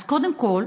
אז קודם כול,